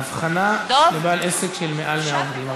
ההבחנה של בעל עסק של יותר מ-100 עובדים.